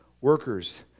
workers